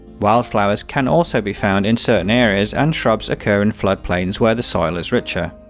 wildflowers can also be found in certain areas, and shrubs occur in floodplains where the soil is richer.